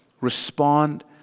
respond